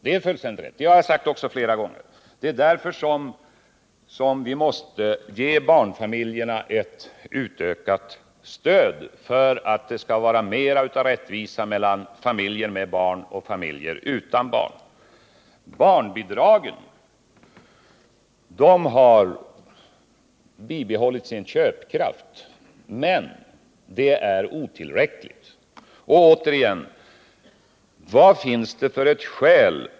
Det har jag också sagt flera gånger. Det är därför vi nu måste ge barnfamiljerna ett ökat stöd för att åstadkomma större rättvisa mellan familjer med barn och familjer utan barn. Barnbidraget har bibehållit sin köpkraft, men det är otillräckligt.